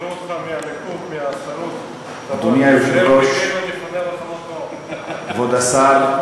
אדוני היושב-ראש, כבוד השר,